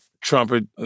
trumpet